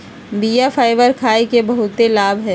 बीया फाइबर खाय के बहुते लाभ हइ